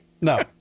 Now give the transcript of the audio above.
No